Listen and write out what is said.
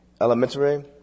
elementary